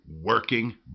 working